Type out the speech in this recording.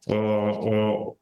o o